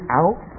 out